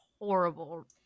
horrible